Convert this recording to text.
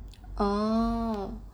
oh